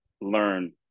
learn